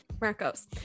Marcos